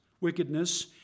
wickedness